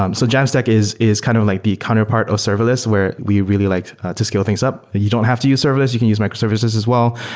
um so jamstack is is kind of like the counterpart of serverless, where we really liked to scale things up. you don't have to use serverless. you can use microservices as well.